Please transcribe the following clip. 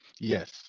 yes